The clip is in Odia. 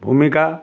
ଭୂମିକା